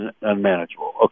unmanageable